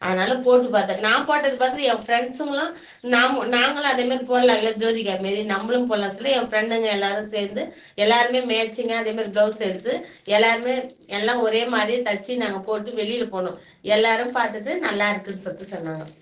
அதனாலே போட்டுப் பார்த்தேன் நான் போட்டதை பார்த்து என் ஃப்ரெண்ட்ஸுங்களும் நாம் நாங்களும் அதேமாதிரி போடலால்ல ஜோதிகா மாரி நம்பளும் போடலான்னு சொல்லி என் ஃப்ரண்டுங்க எல்லோரும் சேர்ந்து எல்லோருமே மேட்சிங்காக அதேமாரி ப்ளவுஸ் எடுத்து எல்லோருமே எல்லாம் ஒரே மாதிரியே தைச்சி நாங்கள் போட்டு வெளியில் போனோம் எல்லோரும் பார்த்துட்டு நல்லா இருக்குதுன்னு சொல்லிட்டு சொன்னாங்க